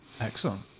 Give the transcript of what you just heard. excellent